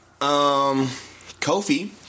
Kofi